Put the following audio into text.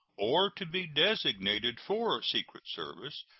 or to be designated for secret service,